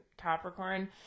Capricorn